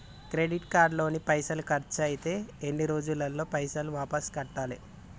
Credit card లో పైసల్ ఖర్చయితే ఎన్ని రోజులల్ల పైసల్ వాపస్ కట్టాలే?